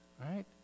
Right